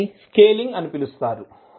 దీనిని స్కేలింగ్ అని పిలుస్తారు